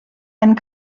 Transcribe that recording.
and